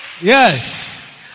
Yes